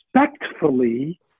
respectfully